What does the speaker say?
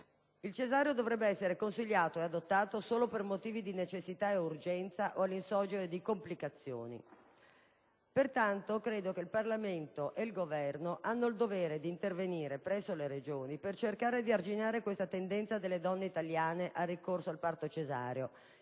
Il cesareo dovrebbe essere consigliato e adottato solo per motivi di necessità e urgenza o all'insorgere di complicazioni. Pertanto, credo che il Parlamento ed il Governo abbiano il dovere di intervenire presso le Regioni per cercare di arginare questa tendenza delle donne italiane al ricorso al parto cesareo,